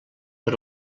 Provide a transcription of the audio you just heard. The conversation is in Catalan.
per